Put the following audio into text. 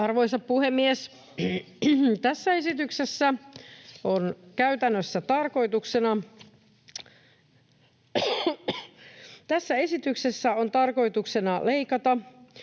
Arvoisa puhemies! Tässä esityksessä on käytännössä tarkoituksena leikata